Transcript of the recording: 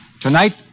Tonight